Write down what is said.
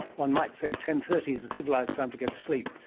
one might say ten thirty is a civilised time to go to sleep,